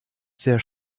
sehr